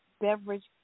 Beverage